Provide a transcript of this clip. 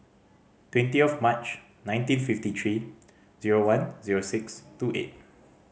twenty of March nineteen fifty three zero one zero six two eight